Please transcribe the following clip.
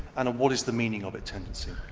and a what is the meaning of it tendency.